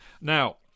Now